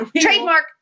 Trademark